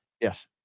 Yes